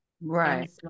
Right